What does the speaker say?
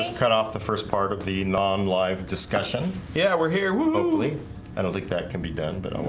cut off the first part of the non live discussion yeah, we're here willie willie i don't think that can be done, but i want well.